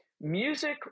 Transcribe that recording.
Music